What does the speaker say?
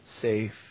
safe